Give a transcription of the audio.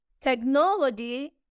technology